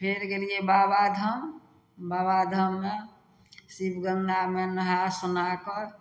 फेर गेलियै बाबाधाम बाबाधाममे शिवगंगामे नहा सोना कऽ